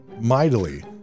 mightily